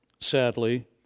sadly